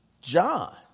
John